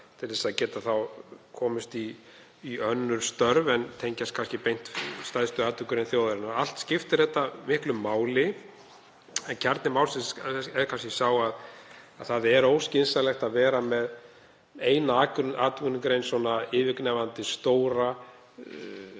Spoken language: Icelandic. til þess að það geti komist í önnur störf en tengjast kannski beint stærstu atvinnugrein þjóðarinnar. Allt skiptir þetta miklu máli en kjarni málsins er kannski sá að það er óskynsamlegt að vera með eina atvinnugrein svona yfirgnæfandi stóra